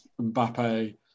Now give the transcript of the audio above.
Mbappe